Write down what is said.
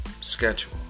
schedule